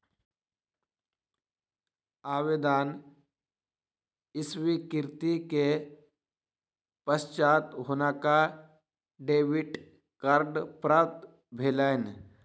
आवेदन स्वीकृति के पश्चात हुनका डेबिट कार्ड प्राप्त भेलैन